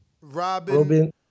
Robin